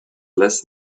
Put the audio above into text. less